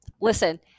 Listen